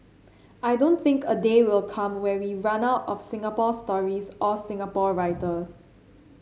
I don't think a day will come where we run out of Singapore stories or Singapore writers